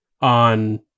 on